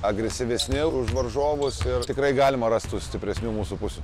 agresyvesni už varžovus ir tikrai galima rast tų stipresnių mūsų pusių